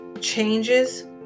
changes